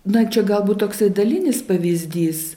na čia galbūt toksai dalinis pavyzdys